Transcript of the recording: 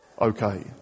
okay